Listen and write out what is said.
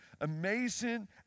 amazing